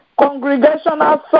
Congregational